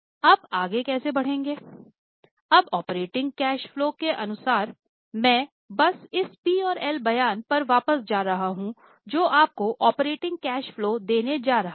आप आगे कैसे बढ़ेंगे अब ऑपरेटिंग कैश फलो के अनुसार मैं बस इस पी और एल बयान पर वापस जा रहा हूं जो आपको ऑपरेटिंग कैश फलो देने जा रहा है